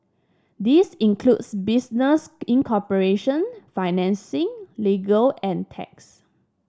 this includes business incorporation financing legal and tax